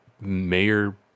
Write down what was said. Mayor